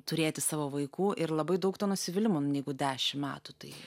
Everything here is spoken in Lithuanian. turėti savo vaikų ir labai daug to nusivylimo nu jeigu dešim metų tai